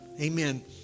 Amen